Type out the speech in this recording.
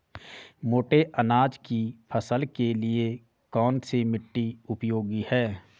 मोटे अनाज की फसल के लिए कौन सी मिट्टी उपयोगी है?